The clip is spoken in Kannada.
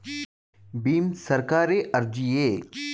ಭೀಮ್ ಸರ್ಕಾರಿ ಅರ್ಜಿಯೇ?